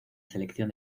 selección